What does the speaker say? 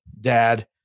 dad